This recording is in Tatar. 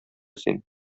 син